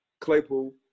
Claypool